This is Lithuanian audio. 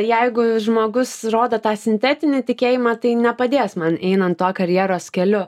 jeigu žmogus rodo tą sintetinį tikėjimą tai nepadės man einant tuo karjeros keliu